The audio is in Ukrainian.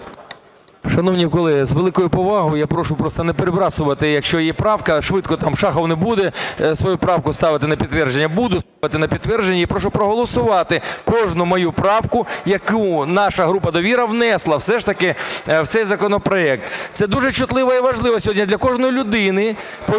Шановні колеги, з великою повагою, я прошу просто не перекидати, якщо є правка, швидко там: Шахов не буде свою правку ставити на підтвердження. Буду ставити на підтвердження і прошу проголосувати кожну мою правку, яку наша група "Довіра" внесла все ж таки в цей законопроект. Це дуже чутливо і важливо сьогодні для кожної людини, повірте